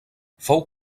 fou